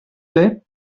plait